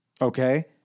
Okay